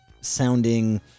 sounding